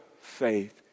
faith